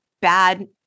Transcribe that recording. bad